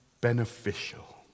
beneficial